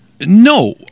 No